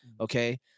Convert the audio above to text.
okay